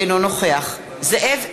אינו נוכח זאב אלקין,